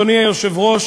אדוני היושב-ראש,